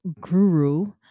guru